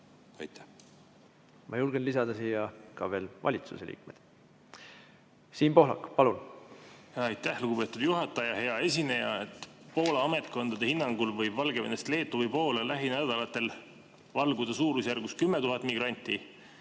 Ma julgen lisada siia ka veel valitsuse liikmed. Siim Pohlak, palun! Aitäh, lugupeetud juhataja! Hea esineja! Poola ametkondade hinnangul võib Valgevenest Leetu või Poola lähinädalatel valguda suurusjärgus 10 000 migranti.